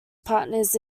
partners